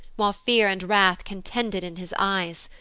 while fear and wrath contended in his eyes,